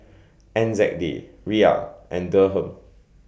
N Z D Riyal and Dirham